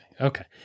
okay